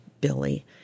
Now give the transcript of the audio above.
Billy